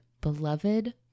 beloved